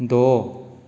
ਦੋ